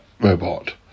robot